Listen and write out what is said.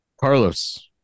carlos